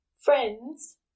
Friends